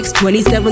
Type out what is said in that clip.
27